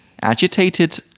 Agitated